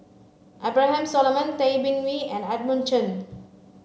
Abraham Solomon Tay Bin Wee and Edmund Chen